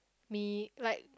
me like